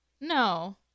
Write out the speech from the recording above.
No